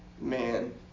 man